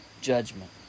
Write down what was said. judgment